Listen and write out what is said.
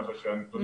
כך שהנתונים דומים.